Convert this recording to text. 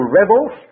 rebels